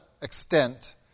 extent